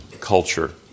culture